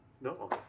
No